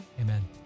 Amen